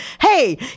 Hey